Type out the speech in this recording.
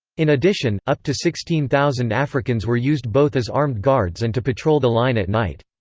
in addition, up to sixteen thousand africans were used both as armed guards and to patrol the line at night.